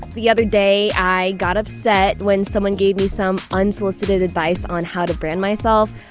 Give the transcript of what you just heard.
the other day i got upset when someone gave me some unsolicited advice on how to brand myself.